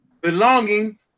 belonging